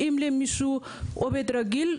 אם למישהו עובד רגיל,